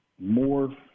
more